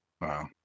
Wow